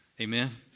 Amen